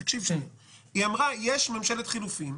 יש ממשלת חילופים,